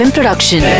Production